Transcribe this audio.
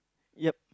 yep